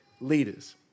leaders